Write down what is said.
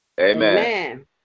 Amen